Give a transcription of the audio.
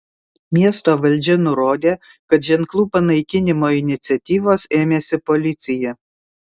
miesto valdžia nurodė kad ženklų panaikinimo iniciatyvos ėmėsi policija